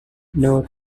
nor